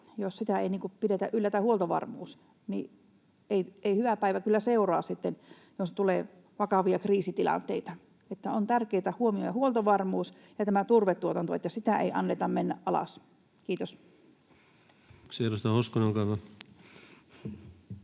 jos ei pidetä yllä tätä huoltovarmuutta, niin ei hyvä päivä kyllä seuraa sitten, jos tulee vakavia kriisitilanteita. Eli on tärkeätä huomioida huoltovarmuus ja tämä turvetuotanto, että sitä ei anneta mennä alas. — Kiitos.